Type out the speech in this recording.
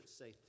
say